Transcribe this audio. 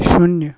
શૂન્ય